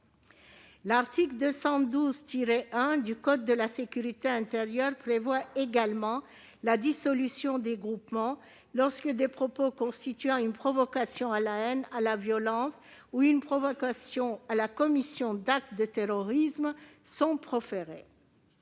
L'article L. 212-1 du code de la sécurité intérieure prévoit également la dissolution des groupements, lorsque des propos constituant une provocation à la haine, à la violence, ou une provocation à la commission d'actes de terrorisme sont proférés.